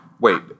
Wait